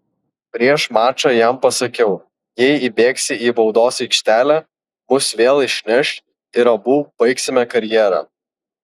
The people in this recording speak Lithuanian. prieš mačą jam pasakiau jei įbėgsi į baudos aikštelę mus vėl išneš ir abu baigsime karjerą